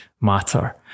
matter